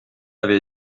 avait